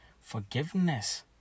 forgiveness